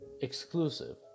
exclusive